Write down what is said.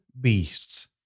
Beasts